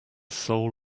soul